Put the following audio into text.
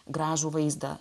gražų vaizdą